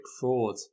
fraud